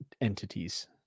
entities